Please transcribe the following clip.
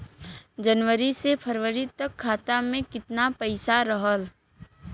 जनवरी से फरवरी तक खाता में कितना पईसा रहल?